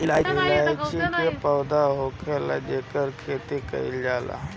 इलायची के पौधा होखेला जेकर खेती कईल जाला